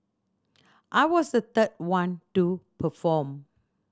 I was the third one to perform